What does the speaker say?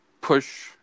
push